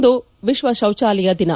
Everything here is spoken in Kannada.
ಇಂದು ವಿಶ್ವ ಶೌಚಾಲಯ ದಿನ